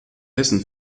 hessen